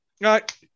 Right